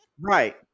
Right